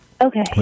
Okay